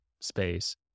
space